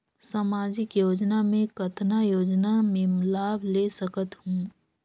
समाजिक योजना मे कतना योजना मे लाभ ले सकत हूं?